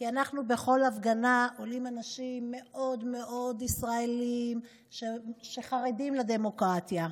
כי בכל הפגנה עולים אנשים מאוד מאוד ישראלים שחרדים לדמוקרטיה.